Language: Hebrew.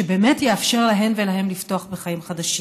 שבאמת יאפשר להן ולהם לפתוח בחיים חדשים.